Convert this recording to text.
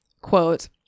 Quote